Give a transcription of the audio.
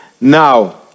Now